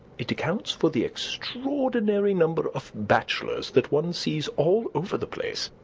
it accounts for the extraordinary number of bachelors that one sees all over the place.